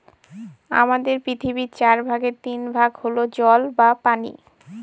আমাদের পৃথিবীর চার ভাগের তিন ভাগ হল জল বা পানি